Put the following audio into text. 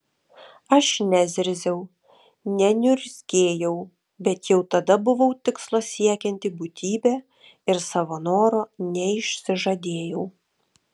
aš nezirziau neniurzgėjau bet jau tada buvau tikslo siekianti būtybė ir savo noro neišsižadėjau